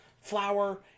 flour